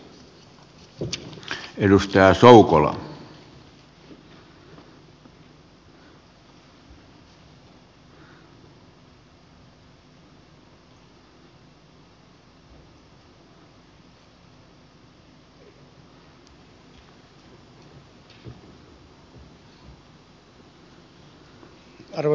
arvoisa herra puhemies